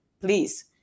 Please